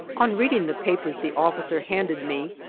on reading the papers the officer handed me,